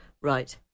Right